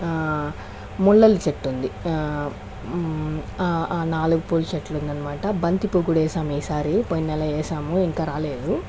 ముల్లల చెట్టు ఉంది నాలుగు పూల చెట్లుంది అనమాట బంతిపువ్వు కూడా వేసాం ఈసారి పోయిన నెల వేసాము ఇంకా రాలేదు